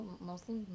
mostly